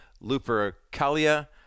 Lupercalia